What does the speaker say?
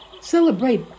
Celebrate